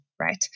Right